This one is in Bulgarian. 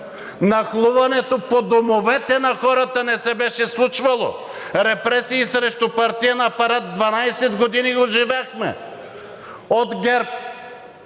нахлуването по домовете на хората не се беше случвало. Репресии срещу партиен апарат – 12 години го живяхме от ГЕРБ,